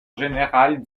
général